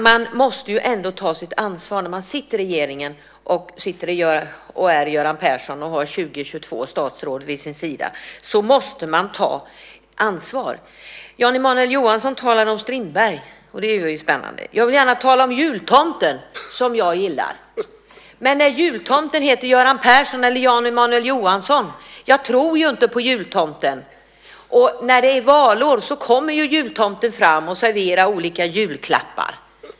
Man måste ta sitt ansvar när man sitter i regeringen, är Göran Persson och har 20-22 statsråd vid sin sida. Då måste man ta ansvar. Jan Emanuel Johansson talade om Strindberg. Det är ju spännande. Jag vill gärna tala om jultomten, som jag gillar. Men nu heter jultomten Göran Persson eller Jan Emanuel Johansson. Jag tror ju inte på jultomten. När det är valår kommer jultomten och serverar olika julklappar.